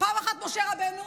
פעם אחת משה רבנו,